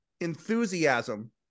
enthusiasm